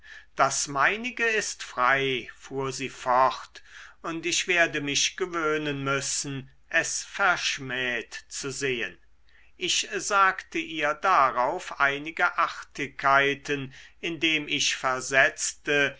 das meinige ist frei fuhr sie fort und ich werde mich gewöhnen müssen es verschmäht zu sehen ich sagte ihr darauf einige artigkeiten indem ich versetzte